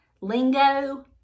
lingo